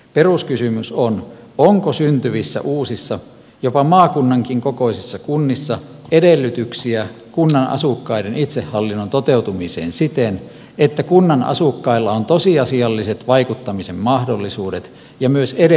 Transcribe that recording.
peruskysymys on onko syntyvissä uusissa jopa maakunnankin kokoisissa kunnissa edellytyksiä kunnan asukkaiden itsehallinnon toteutumiseen siten että kunnan asukkailla on tosiasialliset vaikuttamisen mahdollisuudet ja myös edellytykset siihen